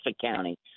County